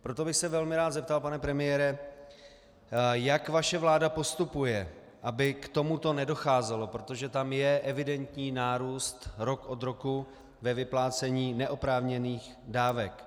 Proto bych se velmi rád zeptal, pane premiére, jak vaše vláda postupuje, aby k tomuto nedocházelo, protože tam je evidentní nárůst rok od roku ve vyplácení neoprávněných dávek.